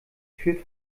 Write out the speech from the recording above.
führt